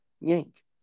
Yank